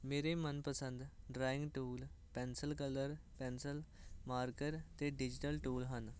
ਮੇਰੇ ਮਨ ਪਸੰਦ drawing tool pencil colour pencil marker ਅਤੇ ਡਿਜੀਟਲ ਟੂਲ ਹਨ